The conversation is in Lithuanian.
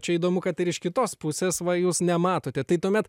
čia įdomu kad ir iš kitos pusės va jūs nematote tai tuomet